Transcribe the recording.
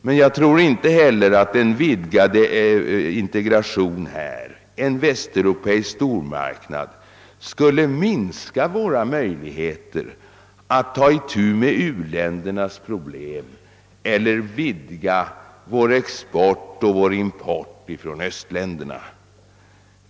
Men jag tror inte heller att en vidgad integration med en västeuropeisk stormarknad skulle minska våra möjligheter att ta itu med u-ländernas problem eller att vidga vår export till och vår import från östländerna.